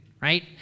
right